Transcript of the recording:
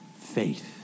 Faith